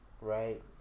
right